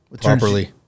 properly